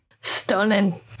Stunning